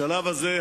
בשלב הזה,